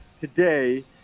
today